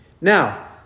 Now